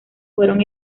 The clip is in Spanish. fueron